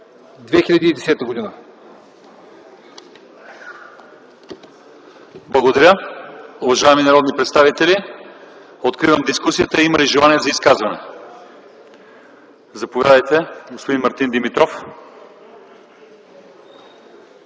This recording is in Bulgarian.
ИВАНОВ: Благодаря. Уважаеми народни представители, откривам дискусията. Има ли желание за изказвания? Заповядайте, господин Димитров.